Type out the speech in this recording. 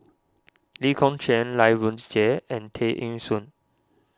Lee Kong Chian Lai wounds Jie and Tay Eng Soon